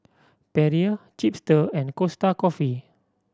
Perrier Chipster and Costa Coffee